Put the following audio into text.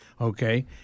Okay